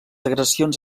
agressions